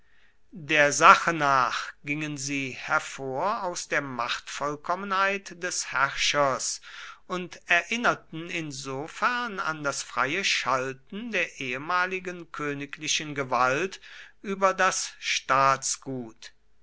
der sache nach gingen sie hervor aus der machtvollkommenheit des herrschers und erinnerten insofern an das freie schalten der ehemaligen königlichen gewalt über das staatsgut